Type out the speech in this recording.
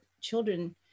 children